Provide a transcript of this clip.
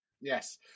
Yes